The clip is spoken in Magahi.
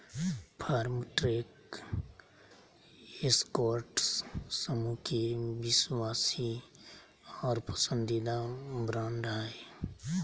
फार्मट्रैक एस्कॉर्ट्स समूह के विश्वासी और पसंदीदा ब्रांड हइ